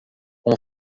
com